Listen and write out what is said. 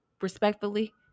respectfully